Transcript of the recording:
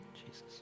Jesus